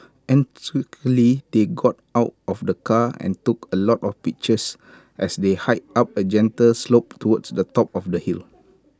enthusiastically they got out of the car and took A lot of pictures as they hiked up A gentle slope towards the top of the hill